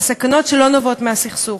לסכנות שלא נובעות מהסכסוך.